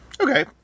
Okay